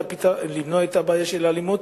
למנוע את הבעיה של האלימות,